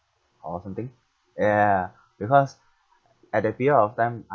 or something ya ya ya ya because at that period of time I